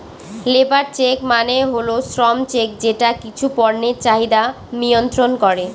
labour check মানে হল শ্রম চেক যেটা কিছু পণ্যের চাহিদা মিয়ন্ত্রন করে